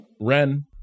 Ren